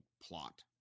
plot